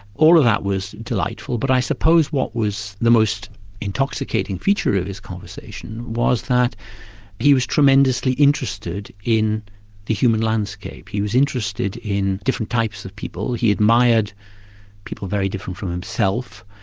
all of that was delightful. but i suppose what was the most intoxicating feature of his conversation was that he was tremendously interested in the human landscape. he was interested in different types of people. he admired people very different from himself.